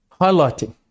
highlighting